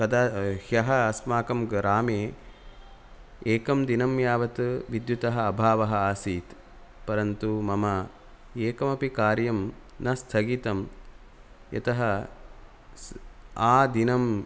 कदा ह्यः अस्माकं ग्रामे एकं दिनं यावत् विद्युतः अभावः आसीत् परन्तु मम एकमपि कार्यं न स्थगितं यतः स् आदिनं